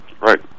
Right